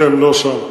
אתם לא שם.